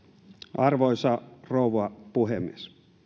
arvoisa rouva puhemies